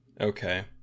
Okay